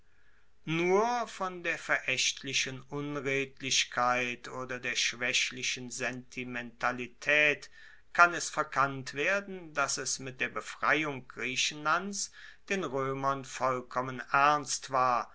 nur von der veraechtlichen unredlichkeit oder der schwaechlichen sentimentalitaet kann es verkannt werden dass es mit der befreiung griechenlands den roemern vollkommen ernst war